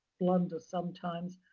blunders, sometimes,